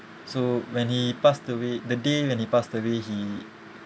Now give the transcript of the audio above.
so when he passed away the day when he passed away he